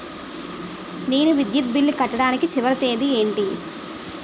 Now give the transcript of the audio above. నేను విద్యుత్ బిల్లు కట్టడానికి చివరి తేదీ ఏంటి?